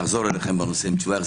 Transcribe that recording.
נחזור אליכם בנושא עם תשובה.